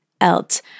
Else